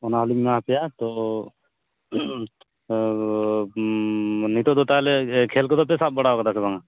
ᱚᱱᱟ ᱦᱚᱞᱤᱧ ᱮᱢᱟᱯᱮᱭᱟ ᱛᱳ ᱱᱤᱛᱚᱜ ᱫᱚ ᱛᱟᱦᱚᱞᱮ ᱠᱷᱮᱞ ᱠᱚᱫᱚ ᱯᱮ ᱥᱟᱵ ᱵᱟᱲᱟ ᱟᱠᱟᱫᱟ ᱥᱮ ᱵᱟᱝᱼᱟ